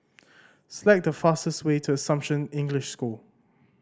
select the fastest way to Assumption English School